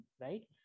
right